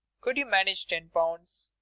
could you manage ten pounds?